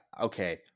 okay